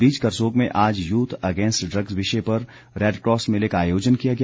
इस बीच करसोग में आज यूथ अगेस्ट ड्रग्स विषय पर रेडक्रॉस मेले का आयोजन किया गया